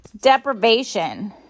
deprivation